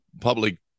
public